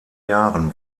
jahren